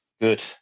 good